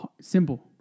Simple